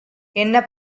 என்ன